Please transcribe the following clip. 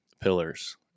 pillars